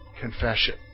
confession